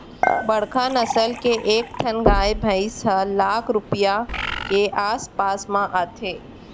बड़का नसल के एक ठन गाय भईंस ह लाख रूपया के आस पास म आथे